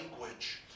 language